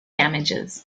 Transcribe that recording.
damages